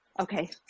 Okay